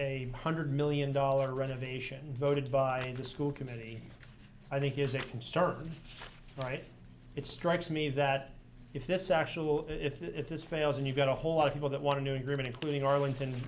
a hundred million dollar renovation voted by the school committee i think is a concern right it strikes me that if this actual if if this fails and you've got a whole lot of people that want to agreement including arlington